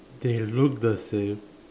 they look the same